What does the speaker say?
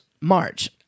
March